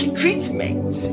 treatment